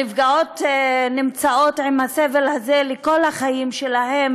הנפגעות נמצאות עם הסבל הזה לכל החיים שלהן,